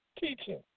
teaching